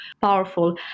powerful